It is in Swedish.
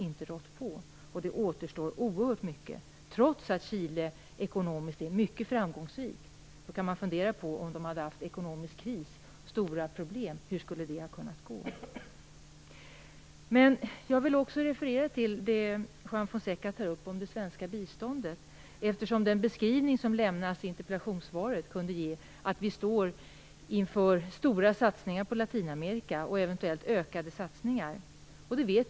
Mycket återstår att göra, trots att Chile ekonomiskt sett är mycket framgångsrikt. Man kan fundera på vad som hade hänt om Chile hade haft ekonomisk kris och stora problem. Jag vill också referera till det svenska biståndet, som även Juan Fonseca tar upp. Den beskrivning som ges i interpellationssvaret skulle kunna tolkas som om vi står inför stora satsningar, och eventuellt ökade satsningar, på Latinamerika.